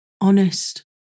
honest